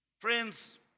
Friends